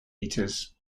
eaters